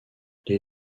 les